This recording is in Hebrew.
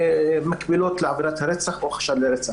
שמקבילות לעבירת הרצח או חשד לרצח.